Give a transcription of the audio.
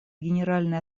генеральной